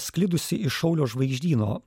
sklidusį iš šaulio žvaigždyno